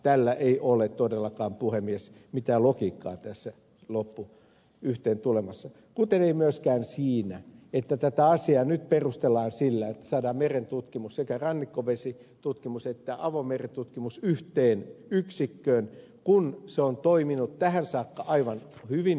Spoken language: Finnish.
tässä ei todellakaan puhemies ole mitään logiikkaa tässä loppuyhteentulemassa kuten ei myöskään siinä että tätä asiaa nyt perustellaan sillä että saadaan merentutkimus sekä rannikkovesitutkimus että avomeritutkimus yhteen yksikköön kun se on toiminut tähänkin saakka aivan hyvin